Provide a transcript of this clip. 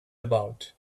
about